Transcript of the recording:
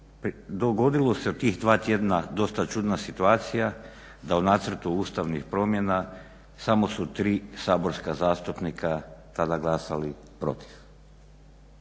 dogodilo se u tih dva tjedna dosta čudna situacija da u nacrtu Ustavnih promjena samo su tri saborska zastupnika tada glasali protiv.